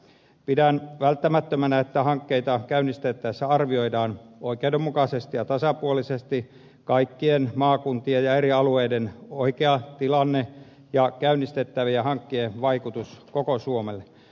pidän välttämättömänä että hankkeita käynnistettäessä arvioidaan oikeudenmukaisesti ja tasapuolisesti kaikkien maakuntien ja eri alueiden oikea tilanne ja käynnistettävien hankkeiden vaikutus koko suomelle